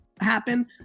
happen